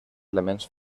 elements